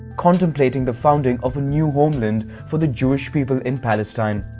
contemplating the founding of a new homeland for the jewish people in palestine.